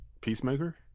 Peacemaker